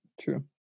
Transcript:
true